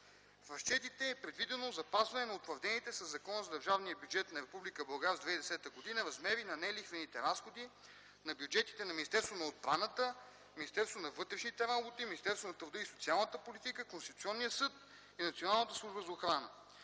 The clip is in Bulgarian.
разчетите е предвидено запазване на утвърдените със Закона за държавния бюджет на Република България за 2010 г. размери на нелихвените разходи на бюджетите на Министерството на отбраната, Министерството на вътрешните работи, Министерството на труда и социалната политика, Конституционния съд и Националната служба за охрана.